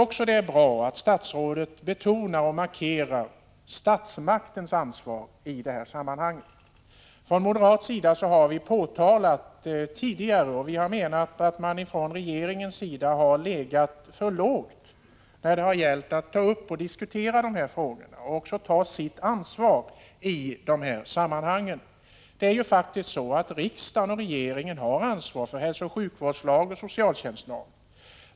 Jag tycker det är bra att statsrådet markerar statsmaktens ansvar härvidlag. Från moderat sida har vi tidigare menat att regeringen legat för lågt när det gällt att föra fram och diskutera dessa frågor och även ta sitt ansvar i dessa sammanhang, Det är ju faktiskt så, att riksdagen och regeringen har ansvar för hälsooch sjukvårdslagen samt socialtjänstlagen.